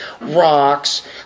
rocks